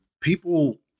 people